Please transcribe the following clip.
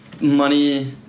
money